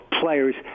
players